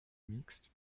mixte